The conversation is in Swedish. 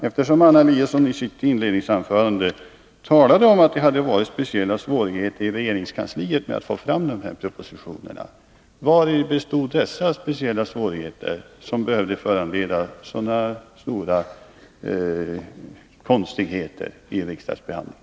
Eftersom Anna Eliasson i sitt inledningsanförande talade om att det förekom speciella svårigheter i regeringskansliet när det gällde att få fram dessa propositioner, vill jag fråga: Vari bestod dessa speciella svårigheter, som behövde föranleda sådana stora konstigheter i riksdagsbehandlingen?